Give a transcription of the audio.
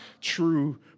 true